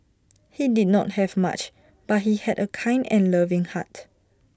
he did not have much but he had A kind and loving heart